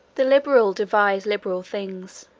the liberal devise liberal things,